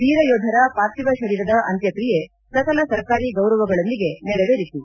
ವೀರ ಯೋಧರ ಪಾರ್ಥಿವ ಶರೀರದ ಅಂತ್ಯಕ್ರಿಯೆ ಸಕಲ ಸರ್ಕಾರಿ ಗೌರವಗಳೊಂದಿಗೆ ನೆರವೇರಿತು